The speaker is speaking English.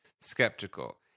skeptical